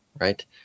Right